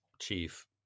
chief